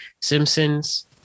Simpsons